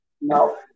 No